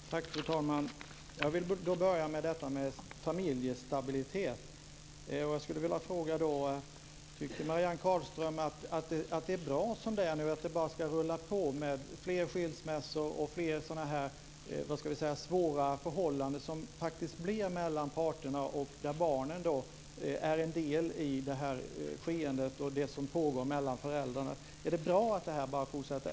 Fru talman! Jag vill börja med att tala om familjestabilitet. Tycker Marianne Carlström att det är bra som det är nu och att det bara ska rulla på, med fler skilsmässor? Det blir svåra förhållanden mellan parterna, där barnen är en del i det som pågår mellan föräldrarna. Är det bra att det bara fortsätter?